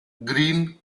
green